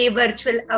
virtual